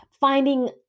finding